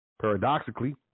Paradoxically